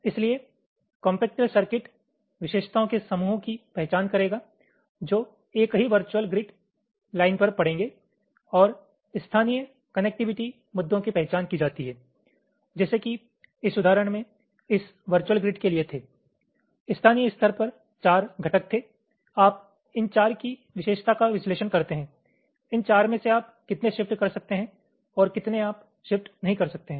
इसलिए compactor circuit विशेषताओं के समूहों की पहचान करेगा जो एक ही वर्चुअल ग्रिड लाइन पर पड़ेंगे और स्थानीय कनेक्टिविटी मुद्दों की पहचान की जाती है जैसे कि इस उदाहरण में इस वर्चुअल ग्रिड के लिए थे स्थानीय स्तर पर 4 घटक थे आप इन 4 की विशेषता का विश्लेषण करते हैं इन 4 में से आप कितने शिफ्ट कर सकते हैं और कितने आप शिफ्ट नहीं कर सकते हैं